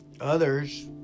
others